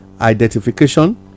identification